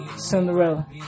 Cinderella